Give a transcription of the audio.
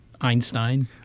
Einstein